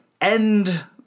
end